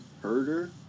Herder